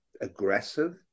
aggressive